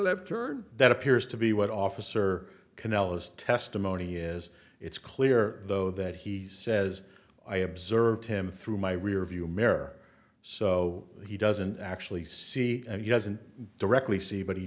turn that appears to be what officer kanellis testimony is it's clear though that he says i observed him through my rearview mirror so he doesn't actually see and yes and directly see but he